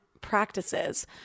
practices